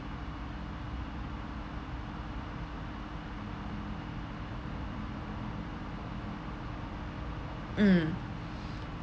mm